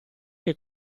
che